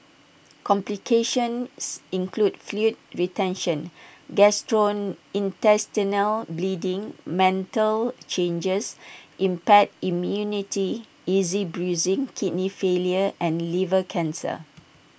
complications include fluid retention gastrointestinal bleeding mental changes impaired immunity easy bruising kidney failure and liver cancer